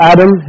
Adam